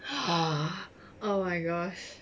oh my gosh